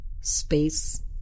space